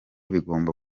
bigomba